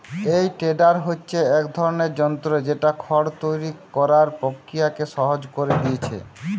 এই টেডার হচ্ছে এক ধরনের যন্ত্র যেটা খড় তৈরি কোরার প্রক্রিয়াকে সহজ কোরে দিয়েছে